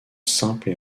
simple